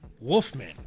Wolfman